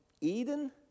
Eden